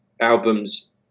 albums